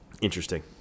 interesting